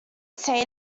say